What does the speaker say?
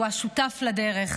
שהוא השותף לדרך.